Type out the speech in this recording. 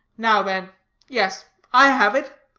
now then yes, i have it.